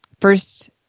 First